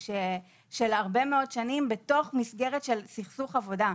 הרבה מאוד שנים בתוך מסגרת של סכסוך עבודה,